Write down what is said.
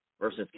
versus